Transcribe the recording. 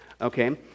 Okay